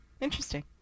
Interesting